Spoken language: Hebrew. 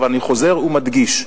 אבל אני חוזר ומדגיש,